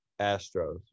Astros